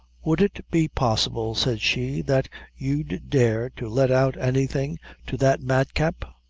would it be possible, said she, that you'd dare to let out anything to that madcap?